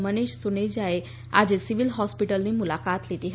મનીષ સુનેજાએ આજે સિવીલ હોસ્પિટલની મૂલાકાત લીધી હતી